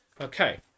Okay